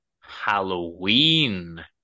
Halloween